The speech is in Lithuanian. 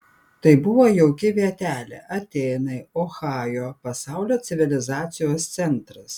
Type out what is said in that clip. tai buvo jauki vietelė atėnai ohajo pasaulio civilizacijos centras